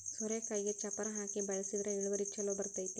ಸೋರೆಕಾಯಿಗೆ ಚಪ್ಪರಾ ಹಾಕಿ ಬೆಳ್ಸದ್ರ ಇಳುವರಿ ಛಲೋ ಬರ್ತೈತಿ